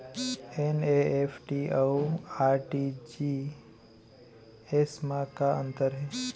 NEFT अऊ RTGS मा का अंतर हे?